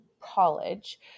college